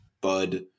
Bud